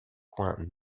coin